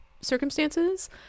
circumstances